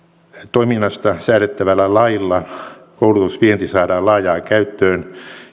toiminnasta säädettävällä lailla koulutusvienti saadaan laajaan käyttöön